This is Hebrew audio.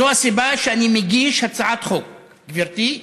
זו הסיבה שאני מגיש הצעת חוק, גברתי,